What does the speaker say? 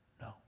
No